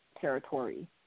territory